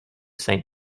saint